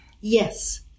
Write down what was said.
Yes